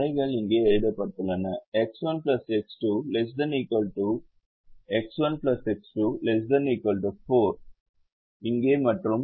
தடைகள் இங்கே எழுதப்பட்டுள்ளன X1 X2 ≤ X1 X2 ≤ 4 இங்கே மற்றும் 4X1 ≥ 24